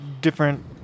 different